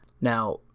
Now